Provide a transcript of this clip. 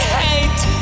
hate